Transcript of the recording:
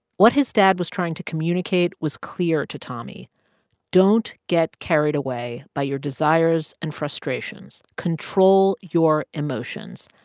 what his dad was trying to communicate was clear to tommy don't get carried away by your desires and frustrations. control your emotions.